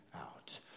out